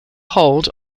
hold